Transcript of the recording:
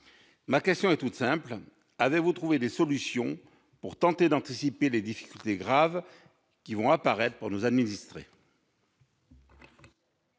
Ma question est toute simple : avez-vous trouvé des solutions pour tenter d'anticiper les graves difficultés qui vont apparaître pour nos administrés ?